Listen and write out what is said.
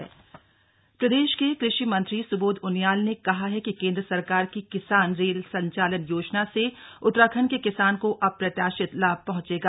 कुषि मंत्री बैठक प्रदेश के कृषि मंत्री स्बोध उनियाल ने कहा है कि केंद्र सरकार की किसान रेल संचालन योजना से उत्तराखण्ड के किसान को अप्रत्याशित लाभ पहंचेगा